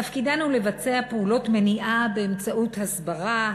תפקידנו לבצע פעולות מניעה באמצעות הסברה,